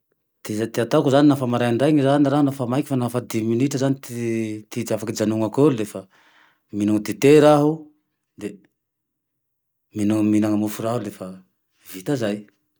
Ty ataoko zane nafa maraindrainy zane raha nafa maiky fa nafa dimy minitra zane ty afaky ijanonako eo lefa mino dite raho de, mino-minany mofo raha aho le fa vita zay